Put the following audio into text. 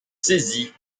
saisis